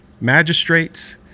Magistrates